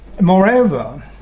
Moreover